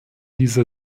dieser